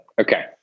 Okay